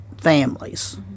families